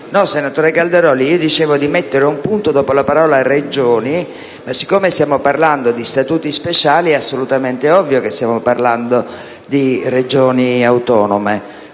Senatore Calderoli, dicevo di mettere un punto dopo la parola «Regioni». Siccome stiamo parlando di Statuti speciali, è assolutamente ovvio che stiamo parlando di Regioni autonome,